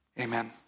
amen